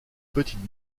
petites